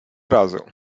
razu